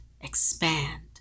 expand